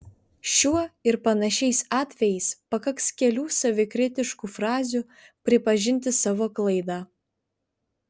šiuo ir panašiais atvejais pakaks kelių savikritiškų frazių pripažinti savo klaidą